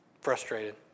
Frustrated